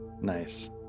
Nice